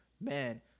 Man